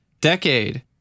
decade